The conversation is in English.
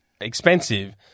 expensive